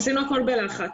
עשינו הכול בלחץ,